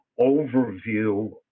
overview